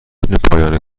پایان